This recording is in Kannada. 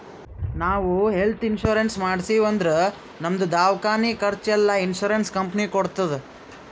ನಾವ್ ಹೆಲ್ತ್ ಇನ್ಸೂರೆನ್ಸ್ ಮಾಡ್ಸಿವ್ ಅಂದುರ್ ನಮ್ದು ದವ್ಕಾನಿ ಖರ್ಚ್ ಎಲ್ಲಾ ಇನ್ಸೂರೆನ್ಸ್ ಕಂಪನಿ ಕೊಡ್ತುದ್